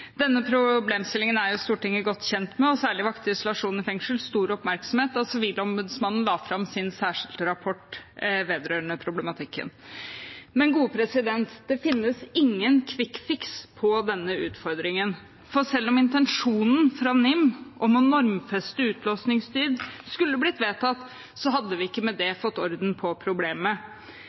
Denne problemstillingen er jo Stortinget godt kjent med, og særlig vakte isolasjon i fengsel stor oppmerksomhet da Sivilombudsmannen la fram sin særrapport vedrørende problematikken. Det finnes ingen kvikkfiks for denne utfordringen. For selv om intensjonen fra NIM om å normfeste utlåsingstid skulle blitt vedtatt, hadde vi ikke med det fått orden på problemet.